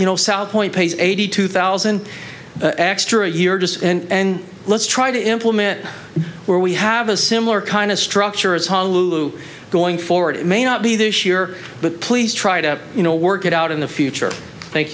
you know southpoint pays eighty two thousand extra a year just and let's try to implement where we have a similar kind of structure as honolulu going forward it may not be this year but please try to you know work it out in the future thank